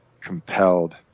compelled